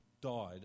died